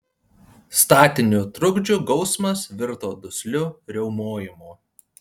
statinių trukdžių gausmas virto dusliu riaumojimu